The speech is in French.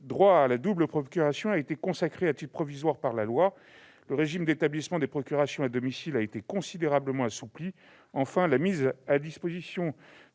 le droit à la double procuration a été consacré à titre provisoire par la loi. Le régime d'établissement des procurations à domicile a été considérablement assoupli. Enfin, on a prévu la mise à disposition